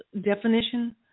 definition